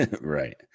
right